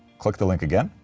click the link again.